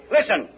Listen